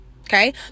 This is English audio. Okay